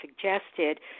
suggested